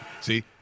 See